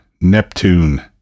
Neptune